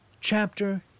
Chapter